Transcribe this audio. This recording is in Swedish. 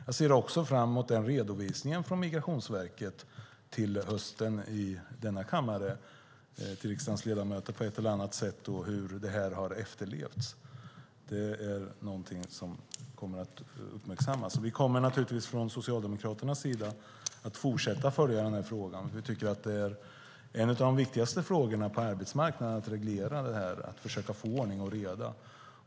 Jag ser också fram mot redovisningen från Migrationsverket till riksdagens ledamöter i denna kammare i höst av hur detta har efterlevts. Det är någonting som kommer att uppmärksammas. Vi kommer naturligtvis från Socialdemokraternas sida att fortsätta att följa frågan, för vi tycker att det är en av de viktigaste frågorna på arbetsmarknaden att reglera detta och försöka få ordning och reda.